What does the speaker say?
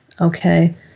Okay